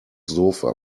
sofa